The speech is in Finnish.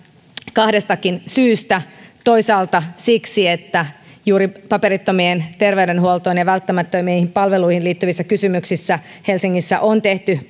kahdestakin syystä toisaalta siksi että juuri paperittomien terveydenhuoltoon ja välttämättömiin palveluihin liittyvissä kysymyksissä helsingissä on tehty